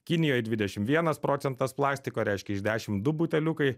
kinijoj dvidešim vienas procentas plastiko reiškia iš dešim du buteliukai